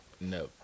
No